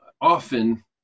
often